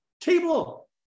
table